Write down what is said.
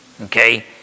Okay